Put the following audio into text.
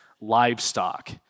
livestock